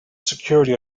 security